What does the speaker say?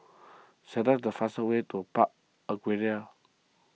select the fast way to Park Aquaria